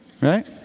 Right